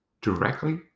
directly